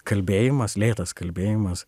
kalbėjimas lėtas kalbėjimas